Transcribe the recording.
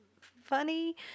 funny